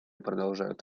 продолжают